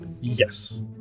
Yes